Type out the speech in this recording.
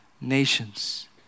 nations